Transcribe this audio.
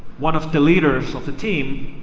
one of the leaders of the team